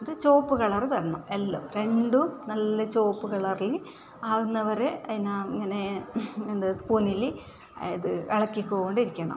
ഇത് ചുവപ്പ് കളറ് വരണം എല്ലാം രണ്ടും നല്ല ചുവപ്പ് കളറില് ആകുന്നത് വരെ അതിനെ ഇങ്ങനെ എന്താ സ്പൂണില് അത് ഇളക്കിക്കോണ്ടിരിക്കണം